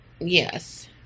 Yes